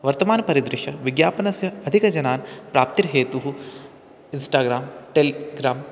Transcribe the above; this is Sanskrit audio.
वर्तमानपरिदृश्य विज्ञापनस्य अधिकजनान् प्राप्तिर्हेतुः इन्स्टाग्राम् टेल्ग्राम्